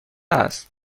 است